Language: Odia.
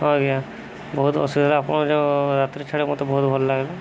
ହଁ ଆଜ୍ଞା ବହୁତ ଅସୁବିଧା ଆପଣ ଯେଉଁ ରାତିରେ ଛାଡ଼ିଲେ ମୋତେ ବହୁତ ଭଲ ଲାଗିଲା